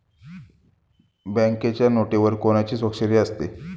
बँकेच्या नोटेवर कोणाची स्वाक्षरी आहे?